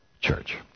church